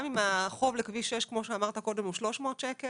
גם אם החוב לכביש 6 כמו שאמרת קודם הוא 300 שקלים,